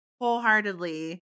wholeheartedly